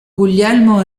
guglielmo